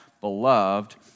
beloved